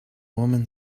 woman